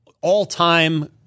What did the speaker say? all-time